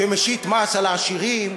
שמשית מס על העשירים,